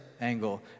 angle